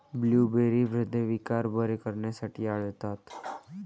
blueberry हृदयविकार बरे करण्यासाठी आढळतात